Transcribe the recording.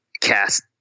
cast